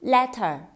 Letter